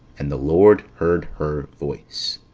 and the lord heard her voice.